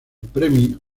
premio